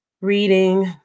reading